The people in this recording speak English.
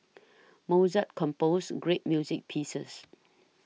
Mozart composed great music pieces